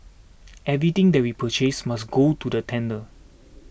everything that we purchase must go to the tender